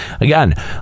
Again